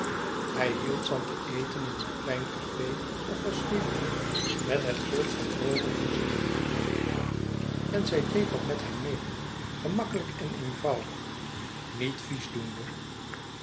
hij hield van te eten in een klein café of osteria met het volk van rome om zich heen en zij deed dat met hem meê gemakkelijk en eenvoudig niet vies doende